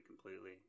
completely